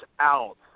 out